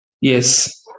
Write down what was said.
Yes